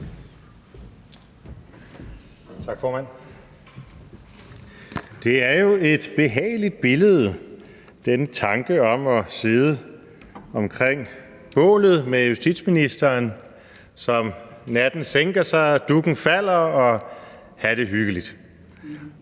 Det er jo et behageligt billede, altså den tanke om at sidde omkring bålet med justitsministeren, som natten sænker sig og dukken falder, og have det hyggeligt